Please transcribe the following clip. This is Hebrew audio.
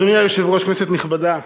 אדוני היושב-ראש, כנסת נכבדה,